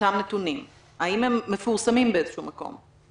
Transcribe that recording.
אותם נתונים, האם הם מפורסמים באיזה שהוא מקום?